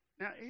Now